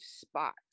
spot